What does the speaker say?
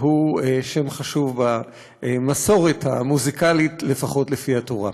שהוא שם חשוב במסורת המוזיקלית, לפחות לפי התורה.